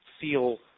feel